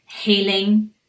healing